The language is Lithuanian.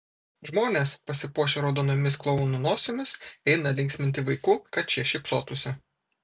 žmonės pasipuošę raudonomis klounų nosimis eina linksminti vaikų kad šie šypsotųsi